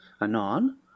Anon